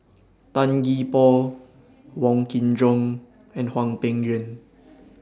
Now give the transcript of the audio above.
Tan Gee Paw Wong Kin Jong and Hwang Peng Yuan